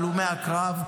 הלומי הקרב,